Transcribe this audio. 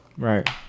Right